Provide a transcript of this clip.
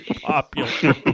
popular